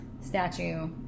statue